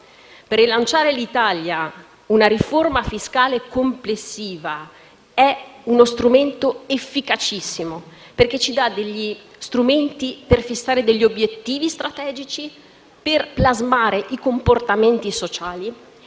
Per rilanciare l'Italia una riforma fiscale complessiva è una misura efficacissima, perché ci dà degli strumenti per fissare degli obiettivi strategici, per plasmare i comportamenti sociali